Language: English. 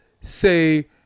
say